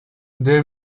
their